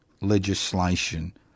legislation